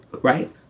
Right